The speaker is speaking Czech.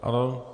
Ano.